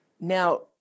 Now